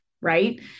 Right